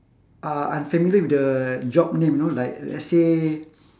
are unfamiliar with the job name you know like let's say